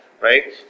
Right